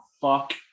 fuck